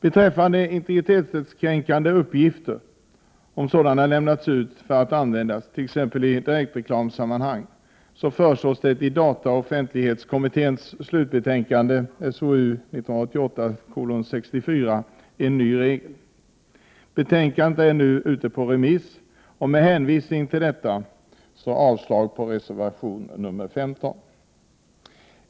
Beträffande integritetskränkande uppgifter — om sådana lämnas ut för att användas t.ex. i direktreklamsammanhang — föreslås det i dataoch offentlighetskommitténs slutbetänkande SOU 1988:64 en ny regel. Betänkandet är nu ute på remiss. Med hänvisning till detta yrkar jag avslag på reservation 15.